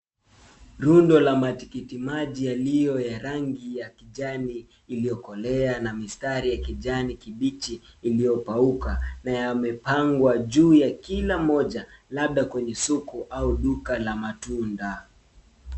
Rundo la matikiti maji yaliyo ya rangi ya kijani, iliyokolea na mistari ya kijani kibichi iliyopauka, na yamepangwa juu ya kila moja labda kwenye soko au duka la matunda.